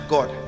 God